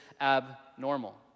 abnormal